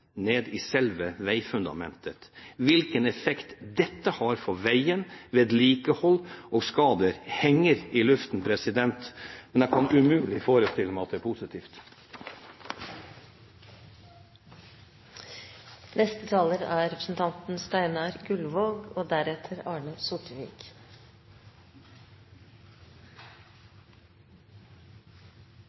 ned i selve veifundamentet? Hvilken effekt dette har for veier, vedlikehold og skader, henger i luften, men jeg kan umulig forestille meg at det er positivt. Jeg føler et visst behov for å understreke at det ikke er